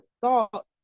thought